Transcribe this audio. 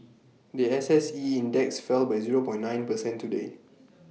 The S S E index fell by zero point nine percent today